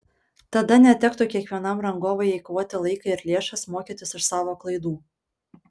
tada netektų kiekvienam rangovui eikvoti laiką ir lėšas mokytis iš savo klaidų